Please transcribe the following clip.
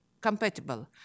compatible